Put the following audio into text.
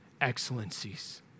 excellencies